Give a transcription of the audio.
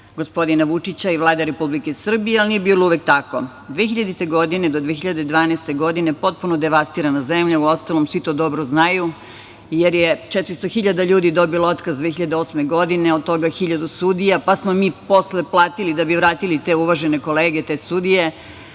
gospodina Vučića i Vlade Republike Srbije, ali nije bilo uvek tako. Od 2000. do 2012. godine potpuno devastirana zemlja. Uostalom, svi to dobro znaju, jer je 400.000 ljudi dobilo otkaz 2008. godine, od toga 1.000 sudija, pa smo mi posle platili da bi vratili te uvažene kolege, te sudije,